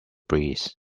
breeze